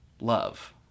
love